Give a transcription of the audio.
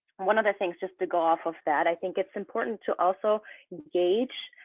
one of the things just to go off of that, i think it's important to also gauge